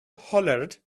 hollered